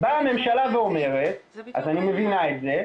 באה הממשלה ואומרת: אני מבינה את זה,